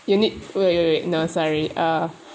you need wait wait wait no sorry uh